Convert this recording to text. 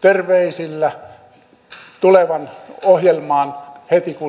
terveisillä tulevan ohjelmaan heti kun se on mahdollista